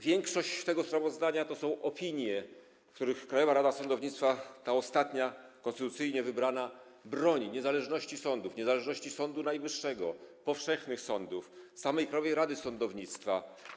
Większość tego sprawozdania to są opinie, w których Krajowa Rada Sądownictwa, ta ostatnia konstytucyjnie wybrana, broni niezależności sądów, niezależności Sądu Najwyższego, sądów powszechnych, samej Krajowej Rady Sądownictwa.